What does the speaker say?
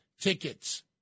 tickets